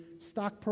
stock